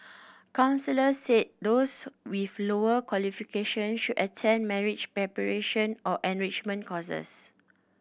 counsellors said those with lower qualification should attend marriage preparation or enrichment courses